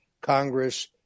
Congress